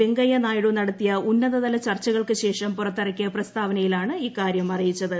വെങ്കയ്യനായിഡു നടത്തിയ ഉന്നതതല ചർച്ചകൾക്കുശേഷം പുറത്തിറക്കിയ പ്രസ്താവനയിലാണ് ഇക്കാര്യം അറിയിച്ചത്